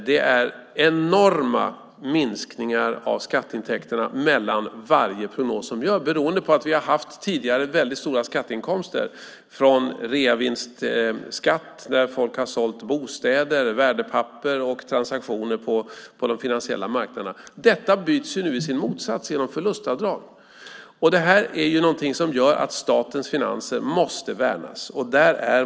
Det är enorma minskningar av skatteintäkterna mellan varje prognos som görs. Tidigare har vi ju haft väldigt stora skatteinkomster från reavinstskatt när folk har sålt bostäder och värdepapper och gjort transaktioner på de finansiella marknaderna. Detta byts nu i sin motsats genom förlustavdrag. Det här är någonting som gör att statens finanser måste värnas.